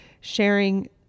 sharing